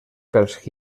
pels